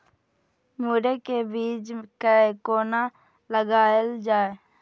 मुरे के बीज कै कोना लगायल जाय?